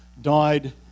died